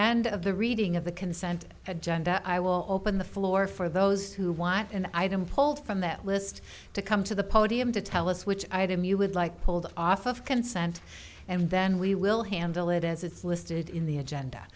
end of the reading of the consent agenda i will open the floor for those who want and i then pulled from that list to come to the podium to tell us which i had him you would like pulled off of consent and then we will handle it as it's listed in the agenda